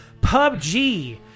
PUBG